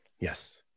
Yes